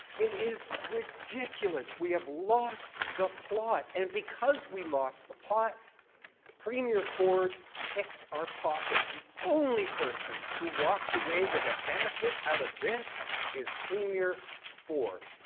it is ridiculous. we have lost the plot. and because we lost the plot premiere ford picketed our pocket the only person who walks away with a benefit out of this is premiere ford.